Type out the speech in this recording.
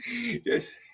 Yes